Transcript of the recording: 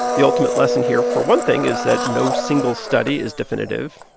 the ultimate lesson here, for one thing, is that no single study is definitive.